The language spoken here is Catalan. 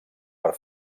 per